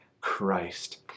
Christ